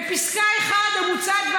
בפסקה (1) המוצעת,